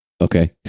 Okay